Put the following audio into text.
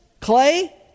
Clay